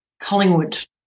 Collingwood